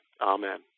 Amen